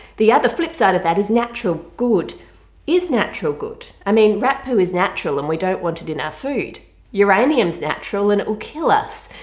the other flipside of that is natural good is natural good? i mean rat poo is natural and we don't want it in our food uranium is natural and it will kill us?